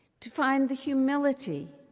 to find the humility,